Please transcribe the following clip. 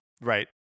Right